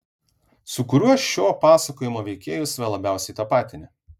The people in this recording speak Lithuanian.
su kuriuo šio pasakojimo veikėju save labiausiai tapatini